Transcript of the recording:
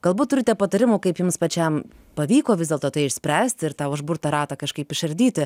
galbūt turite patarimų kaip jums pačiam pavyko vis dėlto tai išspręst ir tą užburtą ratą kažkaip išardyti